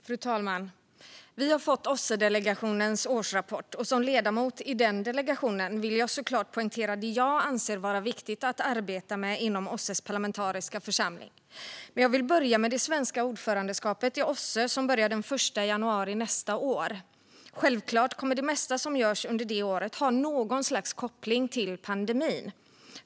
Fru talman! Vi har fått OSSE-delegationens årsrapport. Som ledamot i den delegationen vill jag såklart poängtera det jag anser vara viktigt att arbeta med i OSSE:s parlamentariska församling, men jag vill börja med det svenska ordförandeskapet i OSSE som börjar den 1 januari nästa år. Självklart kommer det mesta som görs under det året att ha något slags koppling till pandemin.